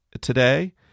today